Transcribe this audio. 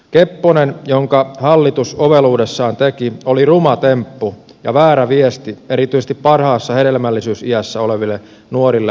kepponen jonka hallitus oveluudessaan teki oli ruma temppu ja väärä viesti erityisesti parhaassa hedelmällisyysiässä oleville nuorille aikuisille